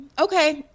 Okay